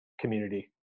community